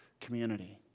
community